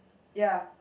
ya